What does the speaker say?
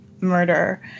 murder